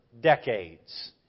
decades